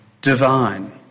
divine